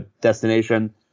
destination